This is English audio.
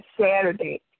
Saturday